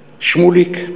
שמוליק,